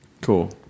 cool